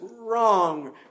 wrong